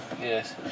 Yes